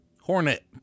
Hornet